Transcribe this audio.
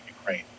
Ukraine